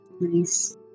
Nice